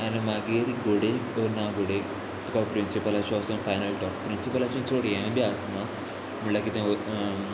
आनी मागीर गोडेक ना गुडेक तुका प्रिंसिपलाचे वोसोन फायनल टॉप प्रिंसिपलाचे चड हे बी आसना म्हणल्यार कितें